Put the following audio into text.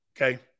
Okay